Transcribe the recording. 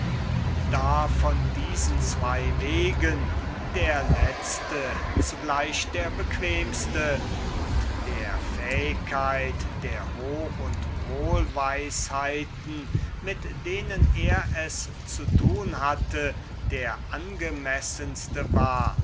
da von diesen zween wegen der letzte zugleich der bequemste und der fähigkeit der hoch und wohlweisheiten mit denen er's zu tun hatte der angemessenste war